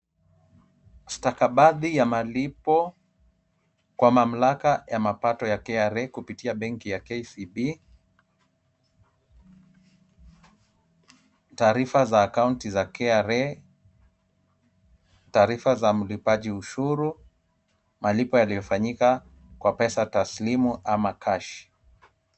Stakabadhi ya malipo kwa mamlaka ya mapato ya KRA kupitia benki ya KCB, taarifa za account za KRA, taarifa za mlipaji ushuru, malipo yaliofanyika kwa pesa taslimu ama cash .